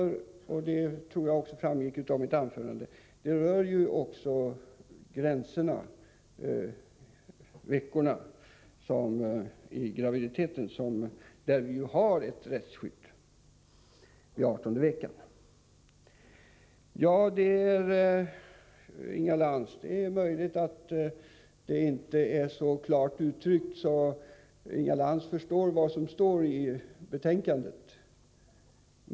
Såsom framgick av mitt anförande gäller det även antalet graviditetsveckor. Där har vi ett rättsskydd efter 18:e veckan. Ja, Inga Lantz, det är möjligt att betänkandet inte är så klart uttryckt att Inga Lantz begriper vad som där står.